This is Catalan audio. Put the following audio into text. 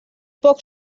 poc